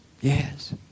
Yes